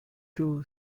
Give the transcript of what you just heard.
two